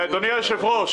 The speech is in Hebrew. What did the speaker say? אדוני היושב-ראש,